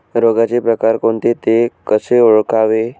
रोगाचे प्रकार कोणते? ते कसे ओळखावे?